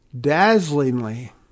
dazzlingly